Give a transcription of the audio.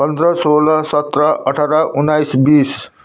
पन्ध्र सोह्र सत्र अठार उन्नाइस बिस